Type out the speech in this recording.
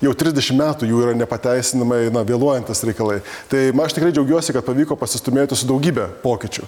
jau trisdešimt metų jau yra nepateisinama eina vėluojantys reikalai tai aš tikrai džiaugiuosi kad pavyko pasistūmėti su daugybe pokyčių